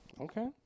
Okay